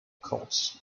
courts